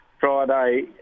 Friday